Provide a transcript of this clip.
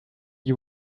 you